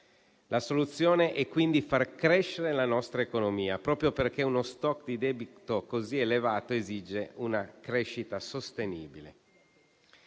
La soluzione è quindi far crescere la nostra economia, proprio perché uno *stock* di debito così elevato esige una crescita sostenibile.